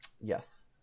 yes